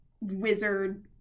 wizard